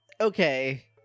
okay